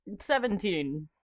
Seventeen